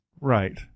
Right